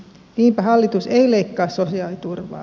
niinpä hallitus ei leikkaa sosiaaliturvaa